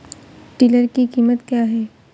Tiller की कीमत क्या है?